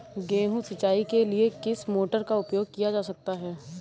गेहूँ सिंचाई के लिए किस मोटर का उपयोग किया जा सकता है?